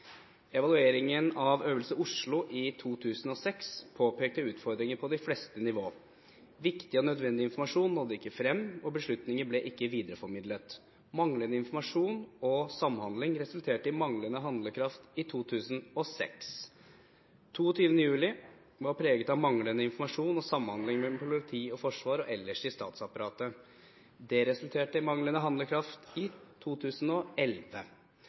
Evalueringen av Øvelse Oslo i 2006 påpekte utfordringer på de fleste nivå. Viktig og nødvendig informasjon nådde ikke frem, og beslutninger ble ikke videreformidlet. Manglende informasjon og samhandling resulterte i manglende handlekraft i 2006. 22. juli var preget av manglende informasjon og samhandling mellom politi og Forsvaret samt ellers i statsapparatet. Det resulterte i manglende handlekraft i 2011.